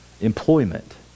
employment